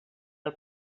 del